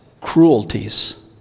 cruelties